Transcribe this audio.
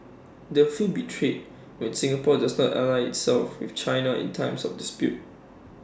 the feel betrayed when Singapore does not align itself with China in times of dispute